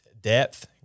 depth